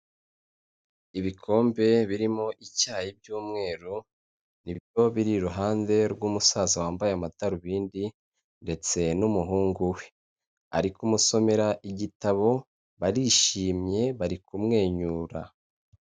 Ibikombe birimo icyayi by'umweru, biri iruhande rw'umusaza wambaye amadarubindi ndetse n'umuhungu we. Ari kumusomera igitabo, barishimye, bari kumwenyura.